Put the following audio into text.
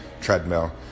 treadmill